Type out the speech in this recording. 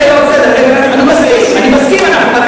תקטין את המסים העקיפים, אני מסכים, אני מסכים.